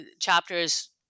chapters